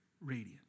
radiant